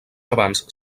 abans